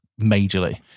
majorly